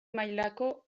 mailako